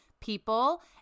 people